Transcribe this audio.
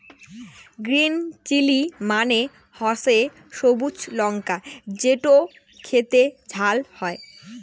green chilli মানে হসে সবুজ লঙ্কা যেটো খেতে ঝাল হই